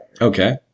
Okay